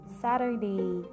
saturday